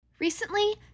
Recently